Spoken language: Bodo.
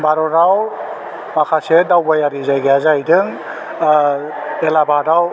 भारतआव माखासे दावबायारि जायगाया जाहैदों एलाहाबादाव